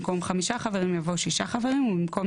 במקום "חמישה חברים" יבוא "שישה חברים" ובמקום